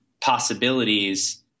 possibilities